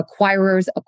acquirer's